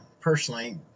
personally